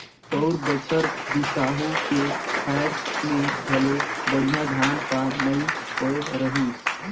पउर बछर बिसाहू के खायर में घलो बड़िहा धान पान नइ होए रहीस